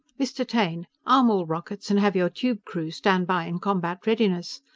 mr. taine! arm all rockets and have your tube crews stand by in combat readiness!